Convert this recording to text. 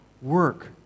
work